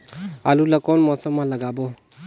आलू ला कोन मौसम मा लगाबो?